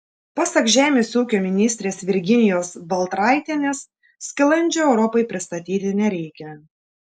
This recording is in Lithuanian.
pasak žemės ūkio ministrės virginijos baltraitienės skilandžio europai pristatyti nereikia